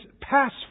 pass